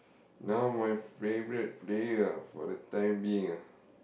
now my favourite player ah for the time being ah